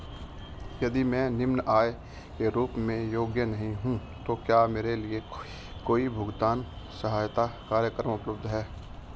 यदि मैं निम्न आय के रूप में योग्य नहीं हूँ तो क्या मेरे लिए कोई भुगतान सहायता कार्यक्रम उपलब्ध है?